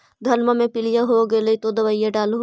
धनमा मे पीलिया हो गेल तो दबैया डालो हल?